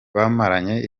bamaranye